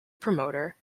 promoter